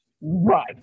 right